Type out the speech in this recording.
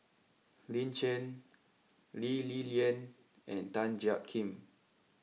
Lin Chen Lee Li Lian and Tan Jiak Kim